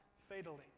fatally